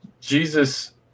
Jesus